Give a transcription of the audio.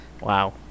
Wow